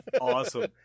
awesome